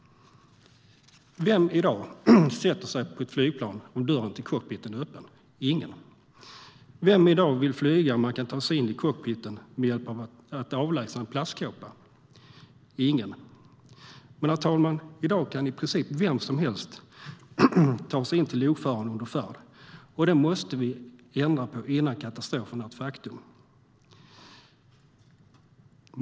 Vem sätter sig i dag på ett flygplan om dörren till cockpit är öppen? Det gör ingen. Vem vill i dag flyga om någon kan ta sig in i cockpit genom att avlägsna en plastkåpa? Det gör ingen. Men, herr talman, i dag kan i princip vem som helst ta sig in till lokföraren under färd, och det måste vi ändra på innan katastrofen är ett faktum.